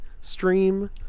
stream